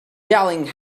yelling